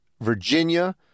Virginia